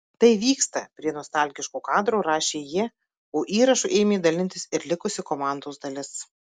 tai vyksta prie nostalgiško kadro rašė jie o įrašu ėmė dalintis ir likusi komandos dalis